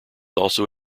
also